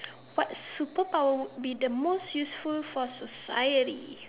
what superpower would be most useful for society